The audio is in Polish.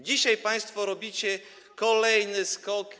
Dzisiaj państwo robicie kolejny skok.